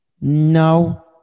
No